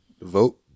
vote